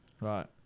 Right